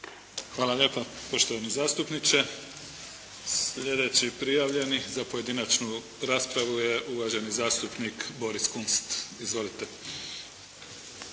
Hvala lijepo poštovani zastupniče. Sljedeći prijavljeni za pojedinačnu raspravu je uvaženi zastupnik Boris Kunst. Izvolite!